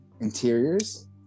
interiors